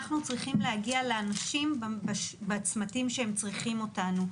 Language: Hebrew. אנחנו צריכים להגיע אל האנשים בצמתים שהם צריכים אותנו.